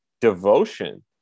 devotion